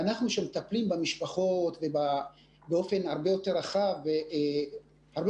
אנחנו מטפלים במשפחות באופן הרבה יותר רחב והרבה